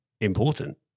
important